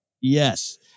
yes